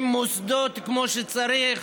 עם מוסדות כמו שצריך.